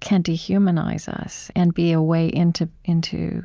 can dehumanize us and be a way into into